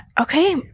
Okay